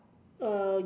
uh